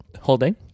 Holding